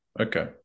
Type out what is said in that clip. Okay